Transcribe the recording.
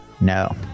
no